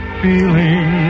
feeling